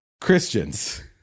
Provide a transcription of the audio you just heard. Christians